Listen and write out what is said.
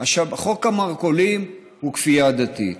חוק המרכולים הוא כפייה דתית.